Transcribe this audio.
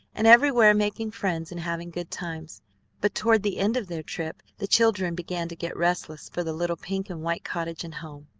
and everywhere making friends and having good times but toward the end of their trip the children began to get restless for the little pink-and-white cottage and home.